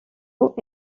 roux